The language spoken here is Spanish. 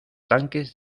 tanques